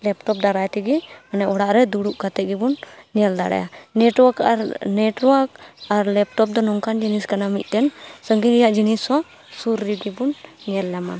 laptop ᱫᱟᱨᱟᱭ ᱛᱮᱜᱮ ᱚᱱᱮ ᱚᱲᱟᱜᱨᱮ ᱫᱩᱲᱩᱵ ᱠᱟᱛᱮᱫ ᱜᱮᱵᱚᱱ ᱧᱮᱞ ᱫᱟᱲᱮᱭᱟᱜᱼᱟ ᱱᱮᱴᱚᱣᱟᱨᱠ ᱟᱨ ᱱᱮᱴᱚᱣᱟᱨᱠ ᱟᱨ ᱞᱮᱯᱴᱚᱯ ᱫᱚ ᱱᱚᱝᱠᱟᱱ ᱡᱤᱱᱤᱥ ᱠᱟᱱᱟ ᱢᱤᱫᱴᱮᱱ ᱥᱟᱺᱜᱤᱧ ᱨᱮᱭᱟᱜ ᱡᱤᱱᱤᱥᱦᱚᱸ ᱥᱩᱨ ᱨᱮᱜᱮᱵᱚᱱ ᱧᱮᱞ ᱧᱟᱢᱟ